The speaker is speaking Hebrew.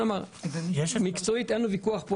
מקצועית אין ויכוח.